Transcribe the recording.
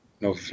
no